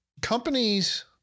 Companies